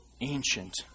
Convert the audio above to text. ancient